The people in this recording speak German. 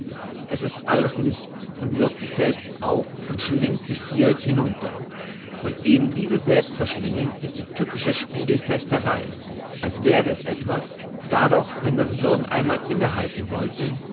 es ist alles nichts und würgt sich selbst auf und schlingt sich gierig hinunter und eben dieses selbstverschlingen ist die tückische spiegelfechterei als gäbe es etwas da doch wenn das würgen einmal inne halten wollte